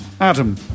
Adam